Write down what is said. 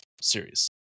series